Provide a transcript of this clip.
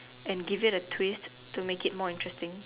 and give it a twist to make it more interesting